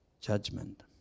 judgment